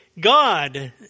God